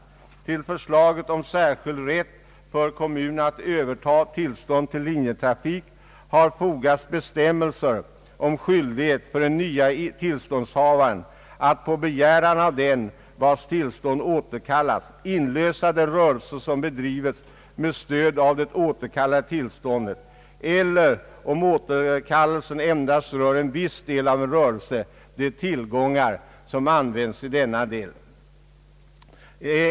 Till förslaget om särskild rätt för kommun att övertaga tillstånd till linjetrafik har fogats bestämmelser om skyldighet för den nya tillståndshavaren att på begäran av den vars tillstånd återkallas inlösa den rörelse som bedrivits med stöd av det återkallade tillståndet eller, om återkallelsen endast rör viss del av en rörelse, de tillgångar som används i denna del.